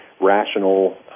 rational